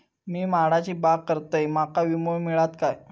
मी माडाची बाग करतंय माका विमो मिळात काय?